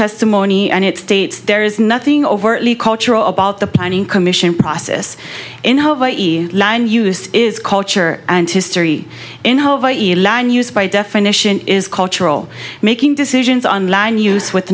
testimony and it states there is nothing overtly cultural about the planning commission process in hope line used is culture and history in whole by each line used by definition is cultural making decisions on line use with